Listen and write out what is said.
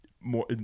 more